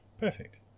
perfect